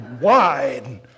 wide